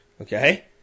okay